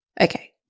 okay